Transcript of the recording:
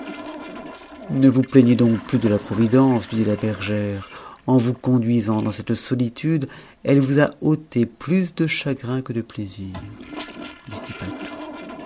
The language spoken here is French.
ne vous plaignez donc plus de la providence lui dit la bergère en vous conduisant dans cette solitude elle vous a ôté plus de chagrins que de plaisirs mais ce n'est pas tout